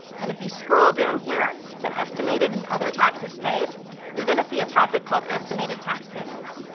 and if you scroll down here to estimated and other taxes paid you're gonna see a topic called estimated tax payments.